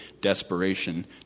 desperation